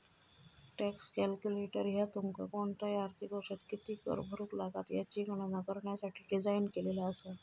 tax calculator ह्या तुमका कोणताही आर्थिक वर्षात किती कर भरुक लागात याची गणना करण्यासाठी डिझाइन केलेला असा